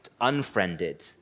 unfriended